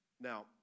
Now